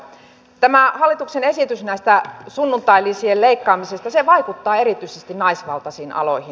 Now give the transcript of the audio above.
tämä hallituksen esitys näistä sunnuntailisien leikkaamisista vaikuttaa erityisesti naisvaltaisiin aloihin